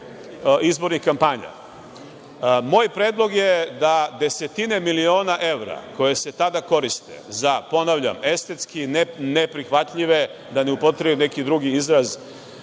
izbornih kampanja. Moj predlog je da desetine miliona evra koje se tada koriste za, ponavljam, estetski neprihvatljive, da ne upotrebim neki drugi izraz,